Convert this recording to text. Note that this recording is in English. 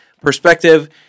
perspective